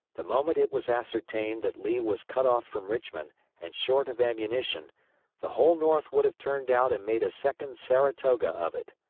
the moment it was ascertained that lee was cut off from richmond and short of ammunition the whole north would have turned out and made a second saratoga of it.